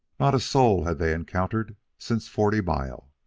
not a soul had they encountered since forty mile,